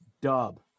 dub